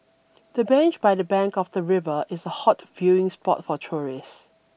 the bench by the bank of the river is a hot viewing spot for tourists